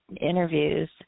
interviews